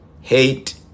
hate